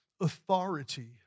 Authority